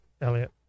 Elliot